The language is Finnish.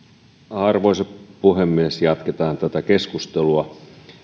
arvoisa puhemies jatketaan tätä keskustelua